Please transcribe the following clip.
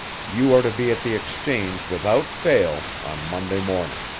you are to be at the exchange without fail, on monday morning.